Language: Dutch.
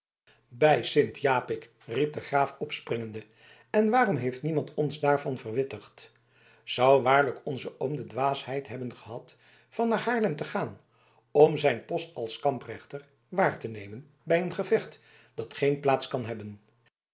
bij sint japik riep de graaf opspringende en waarom heeft niemand ons daarvan verwittigd zou waarlijk onze oom de dwaasheid hebben gehad van naar haarlem te gaan om zijn post als kamprechter waar te nemen bij een gevecht dat geen plaats kan hebben